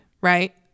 right